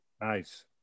nice